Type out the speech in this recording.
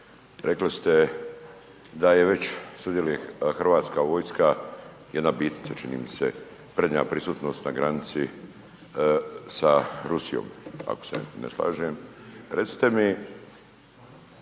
rekli ste da je već, sudjeluje hrvatska vojska .../Govornik se ne razumije./... čini mi se prednja prisutnost na granici sa Rusijom, ako se, ne slažem. Recite mi